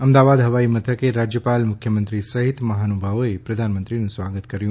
અમદાવાદ હવાઈ મથકે રાજ્યપાલ મુખ્યમંત્રી સહિત મહાનુભાવોએ પ્રધાનમંત્રીનું સ્વાગત કર્યું